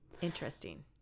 Interesting